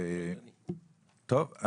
טוב,